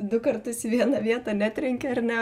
du kartus į vieną vietą netrenkia ar ne